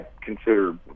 consider